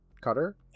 Cutter